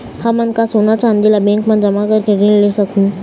हमन का सोना चांदी ला बैंक मा जमा करके ऋण ले सकहूं?